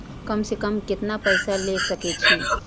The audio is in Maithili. कम से कम केतना पैसा ले सके छी?